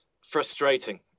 Frustrating